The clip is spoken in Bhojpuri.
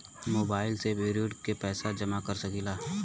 मोबाइल से भी ऋण के पैसा जमा कर सकी ला?